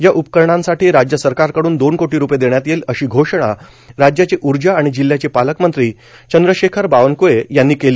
या उपकरणासाठी राज्य सरकारकड्रन दोन कोटी रुपये देण्यात येईल अशी घोषणा राज्याचे ऊर्जा आणि जिल्ह्याचे पालकमंत्री चंद्रशेखर बावनक्ळे यांनी केली